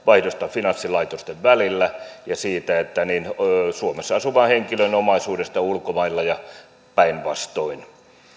finanssilaitosten välillä ja suomessa asuvan henkilön omaisuudesta ulkomailla ja päinvastoin